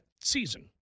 season